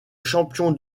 champion